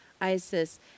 Isis